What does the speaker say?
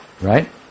Right